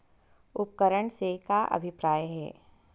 उपकरण से का अभिप्राय हे?